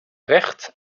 recht